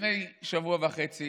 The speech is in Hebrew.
לפני שבוע וחצי